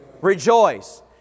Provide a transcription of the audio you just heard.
Rejoice